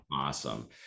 awesome